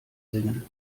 singen